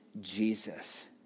Jesus